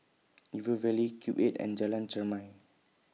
River Valley Cube eight and Jalan Chermai